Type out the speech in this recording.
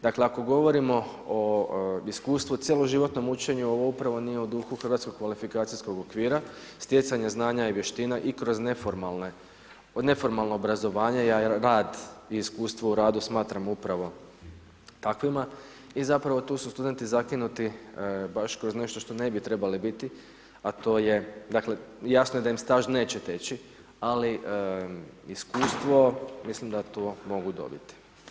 Dakle, ako govorimo o iskustvu, cjeloživotnom učenju, ovo upravo nije u duhu Hrvatskog kvalifikacijskog okvira, stjecanje znanja i vještina i kroz neformalno obrazovanje, ja rad i iskustvo u radu smatram upravo takvima, i zapravo tu su studenti zakinuti baš kroz nešto što ne bi trebali biti a to je, dakle, jasno je da im staž neće teći, ali iskustvo, mislim da tu mogu dobiti.